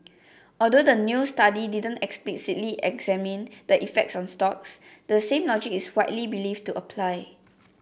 although the new study didn't explicitly examine the effect on stocks the same logic is widely believed to apply